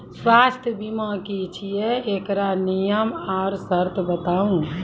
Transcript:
स्वास्थ्य बीमा की छियै? एकरऽ नियम आर सर्त बताऊ?